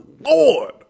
Lord